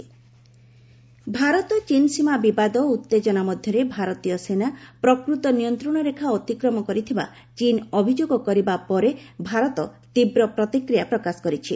ଚୀନ ଭାରତ ବିବାଦ ଭାରତ ଚୀନ ସୀମା ବିବାଦ ଓ ଉତ୍ତେଜନା ମଧ୍ୟରେ ଭାରତୀୟ ସେନା ପ୍ରକୃତ ନିୟନ୍ତ୍ରଣରେଖା ଅତିକ୍ରମ କରିଥିବା ଚୀନ ଅଭିଯୋଗ କରିବା ପରେ ଭାରତ ତୀବ୍ର ପ୍ରତିକ୍ରିୟା ପ୍ରକାଶ କରିଛି